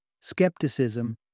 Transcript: skepticism